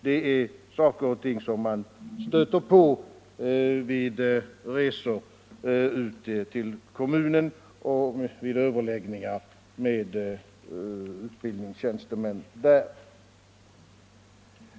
Det är saker och ting som man stöter på vid resor ute i kommuner och vid överläggningar med utbildningstjänstemän där.